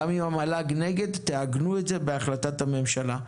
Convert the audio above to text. גם אם המל"ג נגד, תעגנו את זה בהחלטת הממשלה.